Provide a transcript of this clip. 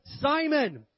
Simon